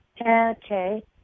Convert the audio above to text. Okay